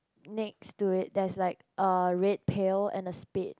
next to it there's like a red pail and a spade